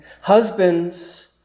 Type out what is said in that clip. Husbands